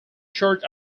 church